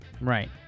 Right